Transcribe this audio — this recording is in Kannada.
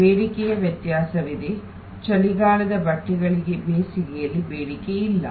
ಬೇಡಿಕೆಯ ವ್ಯತ್ಯಾಸವಿದೆ ಚಳಿಗಾಲದ ಬಟ್ಟೆಗಳಿಗೆ ಬೇಸಿಗೆಯಲ್ಲಿ ಬೇಡಿಕೆಯಿಲ್ಲ